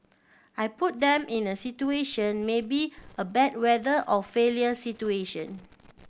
I put them in a situation maybe a bad weather or failure situation